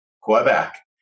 Quebec